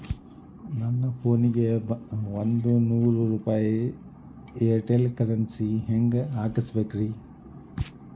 ನನ್ನ ಫೋನಿಗೆ ಒಂದ್ ನೂರು ರೂಪಾಯಿ ಏರ್ಟೆಲ್ ಕರೆನ್ಸಿ ಹೆಂಗ್ ಹಾಕಿಸ್ಬೇಕ್ರಿ?